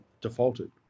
defaulted